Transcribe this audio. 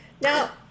Now